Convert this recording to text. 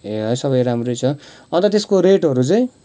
ए है सबै राम्रै छ अन्त त्यसको रेटहरू चाहिँ